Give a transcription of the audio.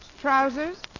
Trousers